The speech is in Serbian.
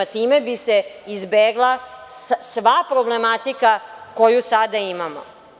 Time bi se izbegla sva problematika koju sada imamo.